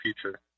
future